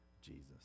Jesus